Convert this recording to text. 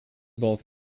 both